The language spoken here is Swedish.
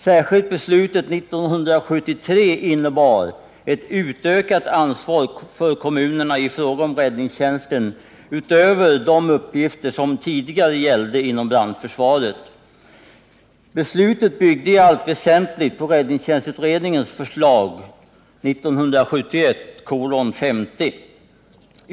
Särskilt beslutet 1973 innebar ett utökat ansvar för kommunerna i fråga om räddningstjänsten utöver de uppgifter som tidigare gällde inom brandförsvaret. Beslutet byggde i allt väsentligt på räddningstjänstutredningens förslag 1971:50.